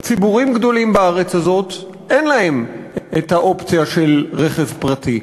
ציבורים גדולים בארץ הזאת אין להם האופציה של רכב פרטי.